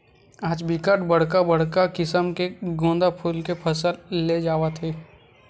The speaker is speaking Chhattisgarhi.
आज बिकट बड़का बड़का किसम के गोंदा फूल के फसल ले जावत हे